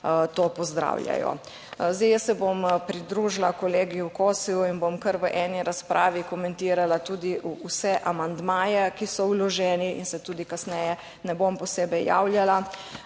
to pozdravljajo. Zdaj jaz se bom pridružila kolegu Kosu in bom kar v eni razpravi komentirala tudi vse amandmaje, ki so vloženi in se tudi kasneje ne bom posebej javljala.